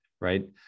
right